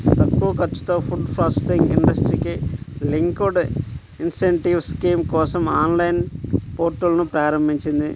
తక్కువ ఖర్చుతో food processing ఇండస్ట్రీకి లింక్డ్ ఇన్సెంటివ్ స్కీమ్ కోసం ఆన్లైన్ పోర్టల్ను ప్రారంభించింది